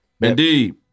Indeed